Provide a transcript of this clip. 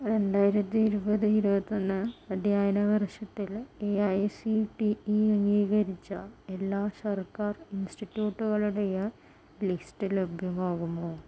രണ്ടായിരത്തിയിരുപത് ഇരുപത്തൊന്ന് അധ്യായന വർഷത്തിൽ A I C T E അംഗീകരിച്ച എല്ലാ സർക്കാർ ഇൻസ്റ്റിറ്റ്യൂട്ടുകളുടെയ് ലിസ്റ്റ് ലഭ്യമാകുമോ